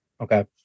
Okay